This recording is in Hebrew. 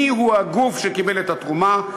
מי הוא הגוף שקיבל את התרומה,